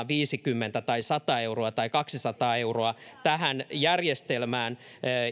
viisikymmentä euroa tai sata euroa tai kaksisataa euroa tähän järjestelmään